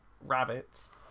rabbits